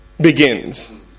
begins